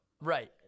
right